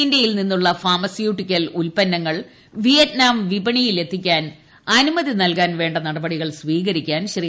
ഇന്ത്യയിൽ നിന്നുള്ള ഫാർമസ്യൂട്ടിക്കൽ ഉൽപന്നങ്ങൾ വിയറ്റ്നാം വിപണിയിൽ എത്തിക്കാൻ അനുമതി നൽകാൻ വേണ്ട നടപടികൾ സ്വീകരിക്കാൻ ശ്രീ